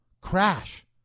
Crash